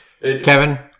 Kevin